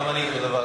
גם אני אותו דבר.